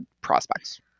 prospects